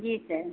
जी sir